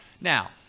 Now